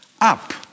Up